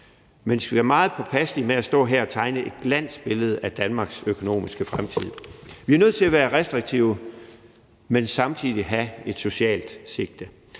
Vi skal være meget påpasselige med at stå her og tegne et glansbillede af Danmarks økonomiske fremtid. Vi er nødt til at være restriktive, men samtidig have et socialt sigte.